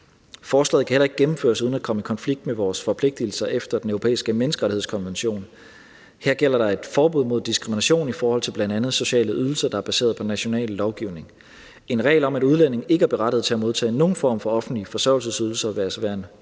Forslaget kan heller ikke gennemføres uden at komme i konflikt med vores forpligtelser efter Den Europæiske Menneskerettighedskonvention, for her gælder der et forbud mod diskrimination i forhold til bl.a. sociale ydelser, der er baseret på national lovgivning. En regel om, at udlændinge ikke er berettiget til at modtage nogen form for offentlige forsørgelsesydelser, vil altså være en